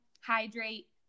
hydrate